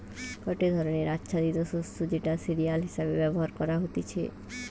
গটে ধরণের আচ্ছাদিত শস্য যেটা সিরিয়াল হিসেবে ব্যবহার করা হতিছে